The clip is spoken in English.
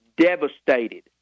devastated